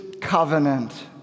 covenant